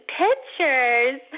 pictures